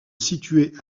située